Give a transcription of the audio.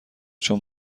چون